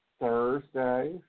Thursday